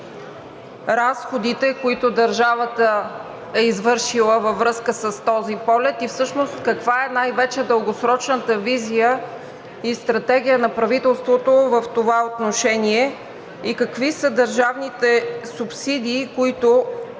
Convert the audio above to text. разходите, които държавата е извършила във връзка с този полет? Всъщност каква е най-вече дългосрочната визия и стратегия на правителството в това отношение? Какви са държавните субсидии, които